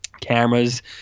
cameras